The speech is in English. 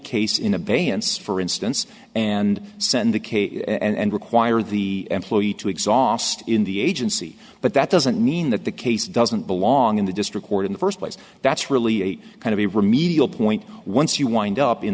case in abeyance for instance and send the case and require the employee to exhaust in the agency but that doesn't mean that the case doesn't belong in the district court in the first place that's really kind of a remedial point once you wind up in